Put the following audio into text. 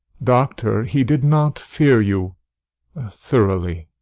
doctor, he did not fear you thoroughly.